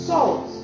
Salt